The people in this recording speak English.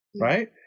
Right